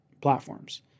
platforms